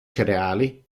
cereali